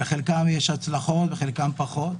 בחלקם יש הצלחות ובחלקם פחות.